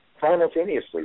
Simultaneously